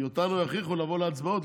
כי אותנו יכריחו לבוא להצבעות,